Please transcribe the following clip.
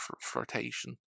flirtation